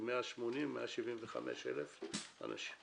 שזה 180,000, 175,000 אנשים.